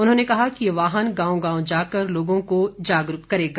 उन्होंने कहा कि ये वाहन गांव गांव जाकर लोगों को जागरूक करेगा